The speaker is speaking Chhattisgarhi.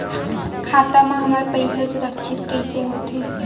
खाता मा हमर पईसा सुरक्षित कइसे हो थे?